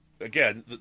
again